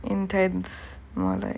intense more like